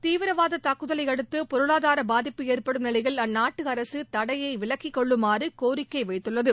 தீவிரவாத தாக்குதலையடுத்து பொருளாதார பாதிப்பு ஏற்படும் நிலையில் அந்நாட்டு அரசு தடையை விலக்கி கொள்ளுமாறு கோரிக்கை வைத்துள்ளது